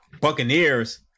Buccaneers